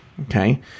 Okay